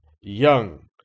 young